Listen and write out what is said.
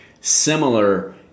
similar